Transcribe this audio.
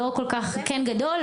כן גדול,